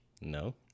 No